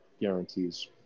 guarantees